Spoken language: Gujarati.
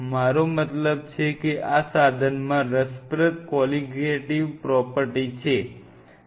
મારો મતલબ છે કે આ સાધન માં રસપ્રદ કોલિગેટિવ પ્રોપર્ટી છે